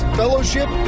fellowship